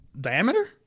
diameter